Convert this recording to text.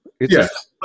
Yes